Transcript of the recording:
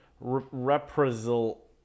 reprisal